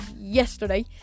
yesterday